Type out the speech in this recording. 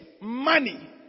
money